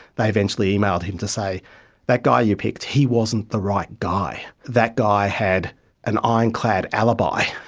they eventually emailed him to say that guy you picked, he wasn't the right guy. that guy had an ironclad alibi.